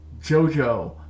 Jojo